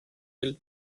will